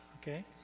okay